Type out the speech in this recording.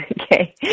Okay